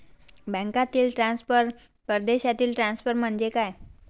बँकांतील ट्रान्सफर, परदेशातील ट्रान्सफर म्हणजे काय?